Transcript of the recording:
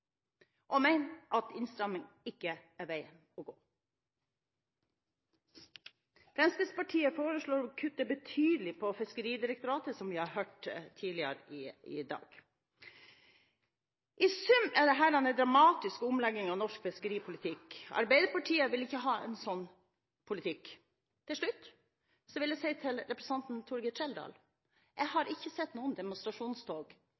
at innstramming ikke er veien å gå. Fremskrittspartiet foreslår, som vi har hørt tidligere i dag, å kutte betydelig til Fiskeridirektoratet. I sum er dette en dramatisk omlegging av norsk fiskeripolitikk. Arbeiderpartiet vil ikke ha en sånn politikk. Til slutt vil jeg si til representanten Torgeir Trældal: Jeg